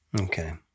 Okay